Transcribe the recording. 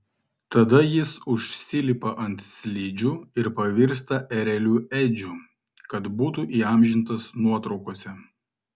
tada jis užsilipa ant slidžių ir pavirsta ereliu edžiu kad būtų įamžintas nuotraukose